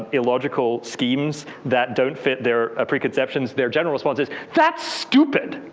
illogical schemes that don't fit their preconceptions, their general response is, that's stupid.